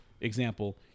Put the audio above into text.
Example